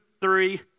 three